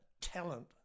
talent